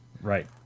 Right